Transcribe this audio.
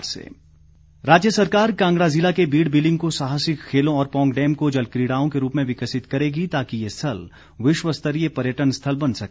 जयराम राज्य सरकार कांगड़ा ज़िला के बीड़ बिल्लिंग को साहसिक खेलों और पौंग डैम को जलक्रीड़ाओं के रूप में विकसित करेगी ताकि ये स्थल विश्व स्तरीय पर्यटन स्थल बन सके